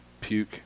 Puke